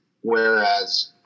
whereas